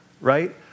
right